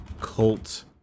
Cult